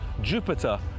Jupiter